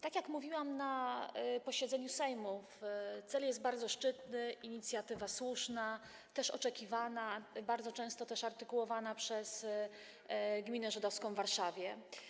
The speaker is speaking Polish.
Tak jak mówiłam na posiedzeniu komisji, cel jest bardzo szczytny, inicjatywa słuszna, oczekiwana, bardzo często też artykułowana przez gminę żydowską w Warszawie.